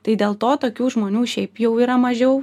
tai dėl to tokių žmonių šiaip jau yra mažiau